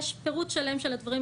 יש פירוט שלם של הדברים,